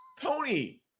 Tony